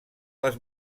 les